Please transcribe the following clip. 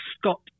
Scott